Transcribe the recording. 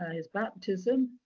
his baptism,